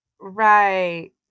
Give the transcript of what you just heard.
Right